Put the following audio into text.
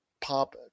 pop